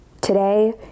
Today